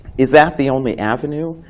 is that the only avenue?